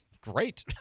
great